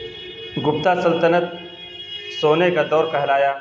گپتا سلطنت سونے کا دور کہلایا